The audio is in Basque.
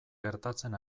gertatzen